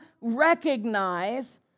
recognize